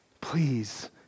Please